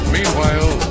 Meanwhile